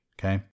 okay